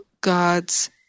God's